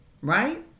right